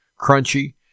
crunchy